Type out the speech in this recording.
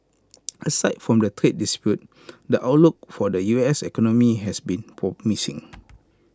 aside from the trade dispute the outlook for the U S economy has been promising